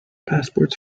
passport